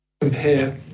compare